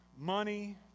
money